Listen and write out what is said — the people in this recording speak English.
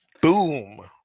boom